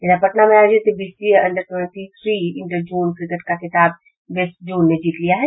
इधर पटना में आयोजित BCA under twenty three inter zone cricket का खिताब वेस्ट जोन ने जीत लिया है